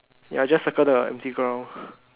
ya just circle the empty go round